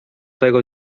tego